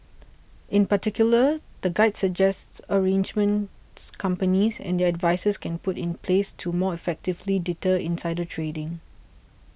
in particular the guide suggests arrangements companies and their advisers can put in place to more effectively deter insider trading